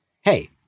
hey